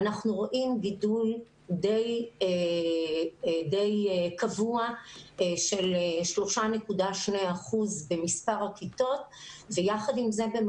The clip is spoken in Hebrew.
הגידול הוא די קבוע של 3.2 אחוזים במספר הכיתות ויחד עם זאת,